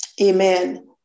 Amen